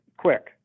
Quick